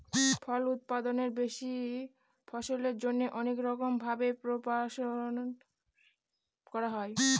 ফল উৎপাদনের বেশি ফলনের জন্যে অনেক রকম ভাবে প্রপাগাশন করা হয়